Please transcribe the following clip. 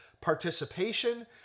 participation